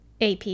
AP